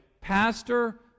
pastor